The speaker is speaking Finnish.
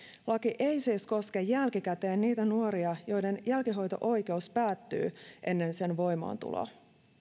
laki ei siis koske jälkikäteen niitä nuoria joiden jälkihuolto oikeus päättyy ennen sen voimaantuloa